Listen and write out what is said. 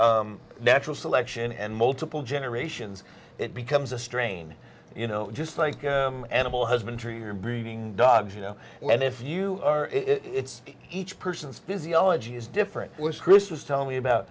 through natural selection and multiple generations it becomes a strain you know just like animal husbandry or breeding dogs you know and if you are it's each person's physiology is different which chris was telling me about